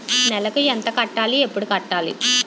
నెలకు ఎంత కట్టాలి? ఎప్పుడు కట్టాలి?